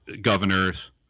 governors